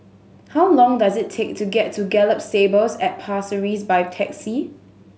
how long does it take to get to Gallop Stables at Pasir Ris by taxi